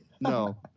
No